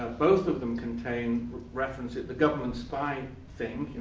both of them contain references the government spying thing,